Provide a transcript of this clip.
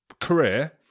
career